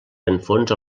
enfonsa